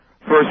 First